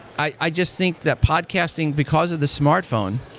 i i just think the podcasting, because of the smartphone,